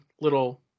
little